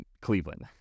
Cleveland